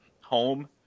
home